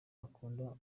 akundwa